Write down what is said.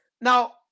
Now